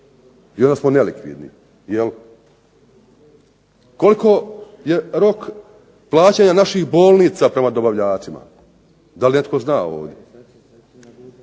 I onda smo nelikvidni. Koliko je rok plaćanja naših bolnica prema dobavljačima? Da li netko zna ovdje?